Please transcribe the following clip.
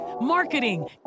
marketing